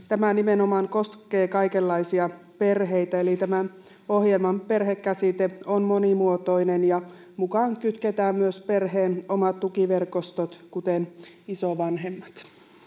tämä nimenomaan koskee kaikenlaisia perheitä eli tämän ohjelman perhekäsite on monimuotoinen ja mukaan kytketään myös perheen omat tukiverkostot kuten isovanhemmat